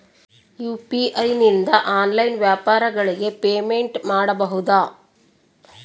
UPI ನಿಂದ online ವ್ಯಾಪಾರಗಳಿಗೆ payment ಮಾಡಬಹುದಾ?